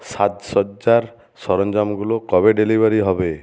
সাজসজ্জার সরঞ্জামগুলো কবে ডেলিভারি হবে